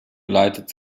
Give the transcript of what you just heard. leitet